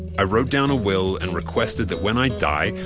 i wrote down a will and requested that when i die,